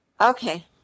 Okay